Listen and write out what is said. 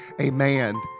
Amen